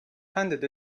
handed